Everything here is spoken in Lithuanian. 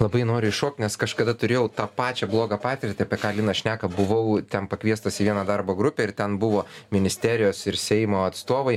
labai noriu įšokti nes kažkada turėjau tą pačią blogą patirtį apie ką šneka buvau ten pakviestas į vieną darbo grupę ir ten buvo ministerijos ir seimo atstovai